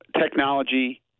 technology